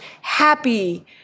happy